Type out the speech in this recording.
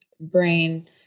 brain